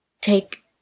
Take